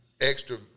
extra